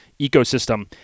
ecosystem